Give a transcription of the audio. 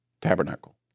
tabernacle